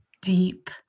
deep